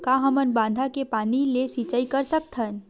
का हमन बांधा के पानी ले सिंचाई कर सकथन?